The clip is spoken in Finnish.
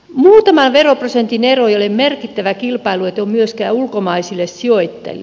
muutaman veroprosentin ero ei ole merkittävä kilpailuetu myöskään ulkomaisille sijoittajille